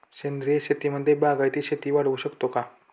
सेंद्रिय शेतीमध्ये बागायती शेती वाढवू शकतो का?